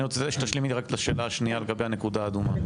אני רוצה שתשלימי רק את השאלה השנייה לגבי הנקודה האדומה.